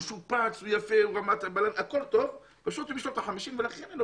הוא שופץ ויפה אבל הוא משנות ה-50 ולכן אין לו